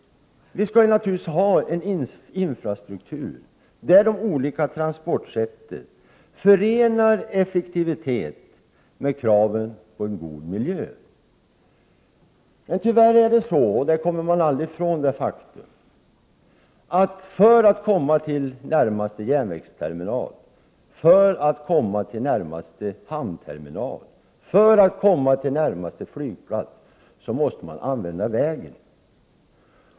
Vi skall naturligtvis ha en infrastruktur där de olika transportsätten förenar effektiviteten med kraven på en god miljö. Tyvärr är det så att man — vi kommer aldrig ifrån detta faktum — för att komma till närmaste järnvägsterminal, närmaste hamnterminal eller närmaste flygplats måste använda vägen.